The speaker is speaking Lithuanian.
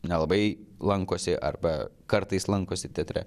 nelabai lankosi arba kartais lankosi teatre